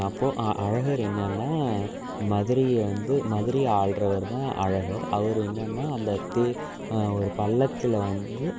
அப்போது அழகர் எங்கேன்னா மதுரையை வந்து மதுரைய ஆள்கிறவர் தான் அழகர் அவர் என்னென்னா அந்த தே ஒரு பல்லக்கில் வந்து